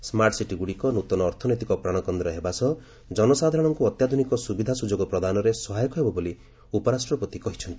smart ସିଟିଗୁଡ଼ିକ ନୂତନ ଅର୍ଥନୈତିକ ପ୍ରାଣକେନ୍ଦ୍ର ହେବା ସହ ଜନସାଧାରଣଙ୍କୁ ଅତ୍ୟାଧୁନିକ ସୁବିଧା ସୁଯୋଗ ପ୍ରଦାନରେ ସହାୟକ ହେବ ବୋଲି ଉପରାଷ୍ଟ୍ରପତି କହିଚ୍ଚନ୍ତି